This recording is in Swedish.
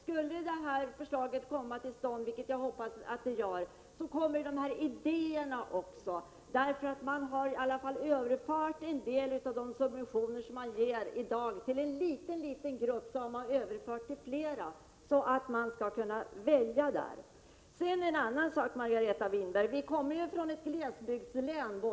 Skulle detta förslag komma till stånd, vilket jag hoppas, kommer också idéerna, eftersom en del av de subventioner som i dag ges till en mycket liten grupp ju överförs till flera, så att man skall ges möjligheter att välja. En sak till, Margareta Winberg: Vi kommer ju båda från ett glesbygdslän.